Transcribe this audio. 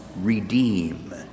redeem